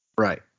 Right